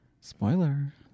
spoiler